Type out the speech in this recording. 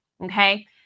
okay